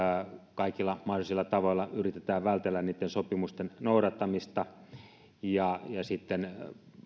kaikilla mahdollisilla tavoilla yritetään vältellä niitten sopimusten noudattamista ja sitten